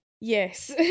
yes